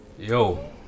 Yo